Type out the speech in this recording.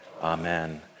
Amen